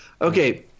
okay